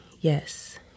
Yes